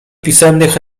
pisemnych